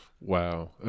Wow